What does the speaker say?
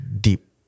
deep